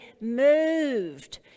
moved